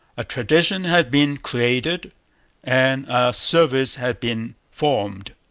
a tradition had been created and a service had been formed.